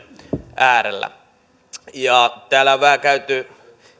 äärellä täällä on vähän käyty